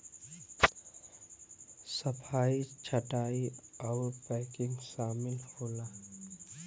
सफाई छंटाई आउर पैकिंग सामिल होला